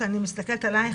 שאני מסתכלת עלייך,